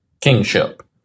kingship